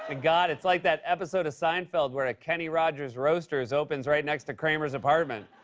ah god, it's like that episode of seinfeld where a kenny rogers roasters opens right next to kramer's apartment.